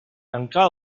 tancà